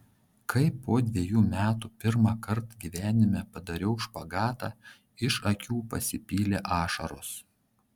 kai po dvejų metų pirmąkart gyvenime padariau špagatą iš akių pasipylė ašaros